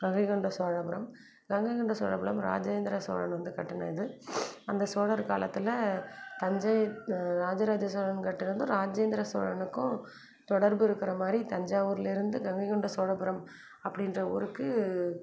கங்கை கொண்ட சோழபுரம் கங்கை கொண்ட சோழபுரம் ராஜேந்திர சோழன் வந்து கட்டினது அந்த சோழர் காலத்தில் தஞ்சை ராஜராஜ சோழன் கட்டினதும் ராஜேந்திர சோழனுக்கும் தொடர்பு இருக்குன்ற மாதிரி தஞ்சாவூரில் இருந்து கங்கை கொண்ட சோழபுரம் அப்படின்ற ஊருக்கு